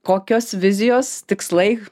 kokios vizijos tikslai